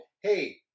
hey